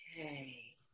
Okay